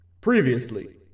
Previously